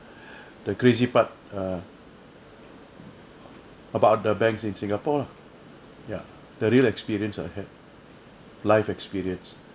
the crazy part err about the banks in singapore lah ya the real experience I had life experience